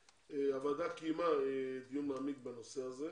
הוועדה קיימה דיון מעמיק וכללי בנושא הזה.